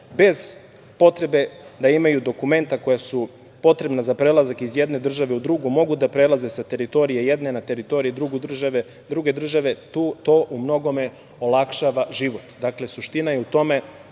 bez potrebe da imaju dokumenta koja su potrebna za prelazak iz jedne države u drugu, mogu da prelaze sa teritorije jedne na teritoriju druge države. To umnogome olakšava život. Dakle, suština je u tome